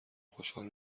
خوشحال